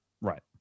Right